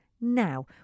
now